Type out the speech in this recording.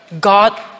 God